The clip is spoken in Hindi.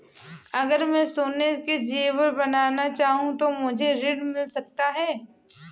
अगर मैं सोने के ज़ेवर बनाना चाहूं तो मुझे ऋण मिल सकता है?